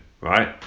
Right